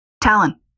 Talon